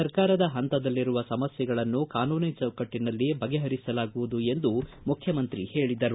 ಸರ್ಕಾರದ ಹಂತದಲ್ಲಿರುವ ಸಮಸ್ಥೆಗಳನ್ನು ಕಾನೂನಿನ ಚೌಕಟ್ಟನಲ್ಲಿ ಬಗೆಹರಿಸಲಾಗುವುದು ಎಂದು ಮುಖ್ಯಮಂತ್ರಿ ಹೇಳಿದರು